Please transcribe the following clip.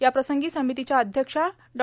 याप्रसंगी समितीच्या अधाक्षा डॉ